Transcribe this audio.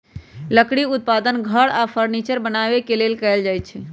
लकड़ी उत्पादन घर आऽ फर्नीचर बनाबे के लेल कएल जाइ छइ